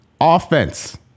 offense